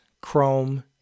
Chrome